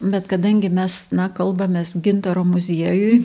bet kadangi mes na kalbamės gintaro muziejuj